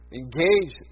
engage